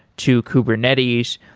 to kubernetes.